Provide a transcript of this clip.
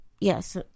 yes